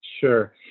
Sure